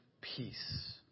peace